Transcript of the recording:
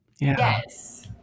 Yes